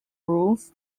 rules